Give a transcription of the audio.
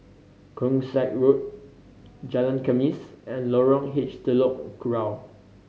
Keong Saik Road Jalan Khamis and Lorong H Telok Kurau